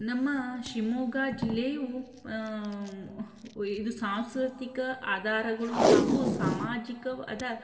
ನಮ್ಮ ಶಿವಮೊಗ್ಗ ಜಿಲ್ಲೆಯು ಇದು ಸಾಂಸ್ಕೃತಿಕ ಆಧಾರಗಳು ಹಾಗೂ ಸಾಮಾಜಿಕವಾದ